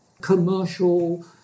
commercial